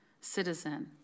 citizen